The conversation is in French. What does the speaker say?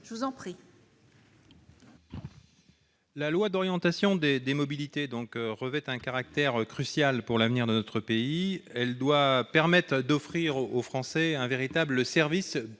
Houllegatte. La loi d'orientation des mobilités revêt un caractère crucial pour l'avenir de notre pays. Elle doit conduire à offrir aux Français un véritable service, plus